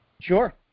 Sure